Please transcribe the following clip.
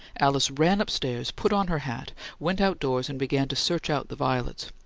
alice ran upstairs, put on her hat, went outdoors and began to search out the violets.